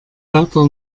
wärter